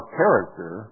character